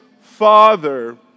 Father